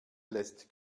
lässt